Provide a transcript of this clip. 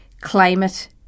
climate